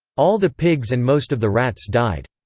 all the pigs and most of the rats died.